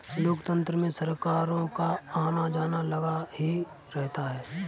लोकतंत्र में सरकारों का आना जाना लगा ही रहता है